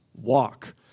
walk